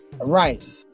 Right